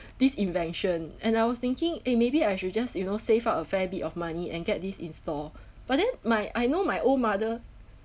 this invention and I was thinking eh maybe I should just you know save up a fair bit of money and get this installed but then my I know my old mother